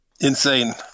Insane